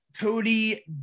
Cody